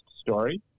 story